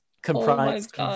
comprised